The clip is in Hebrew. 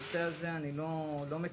בנושא הזה אני לא מכירה